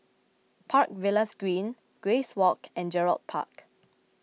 Park Villas Green Grace Walk and Gerald Park